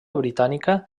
britànica